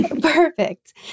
Perfect